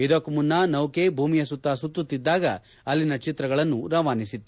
ಇದಕ್ಕೂ ಮುನ್ನ ನೌಕೆ ಭೂಮಿಯ ಸುತ್ತ ಸುತ್ತುತ್ತಿದ್ದಾಗ ಅಲ್ಲಿನ ಚಿತ್ರಗಳನ್ನು ರವಾನಿಸಿತ್ತು